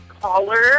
caller